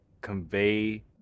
convey